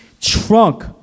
trunk